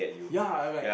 ya I'm like